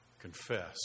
confess